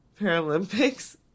Paralympics